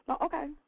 Okay